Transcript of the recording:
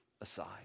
aside